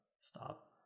Stop